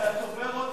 עוברים